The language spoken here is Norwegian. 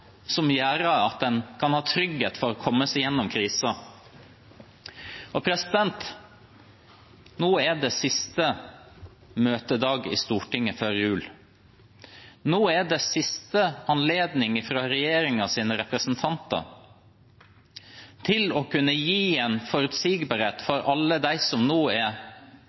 som gjør at en kan ha trygghet for å komme seg gjennom krisen. Nå er det siste møtedag i Stortinget før jul. Det er siste anledning for regjeringens representanter til å kunne gi forutsigbarhet til alle dem som nå er permittert, som står i fare for å bli sagt opp fordi perioden med permittering er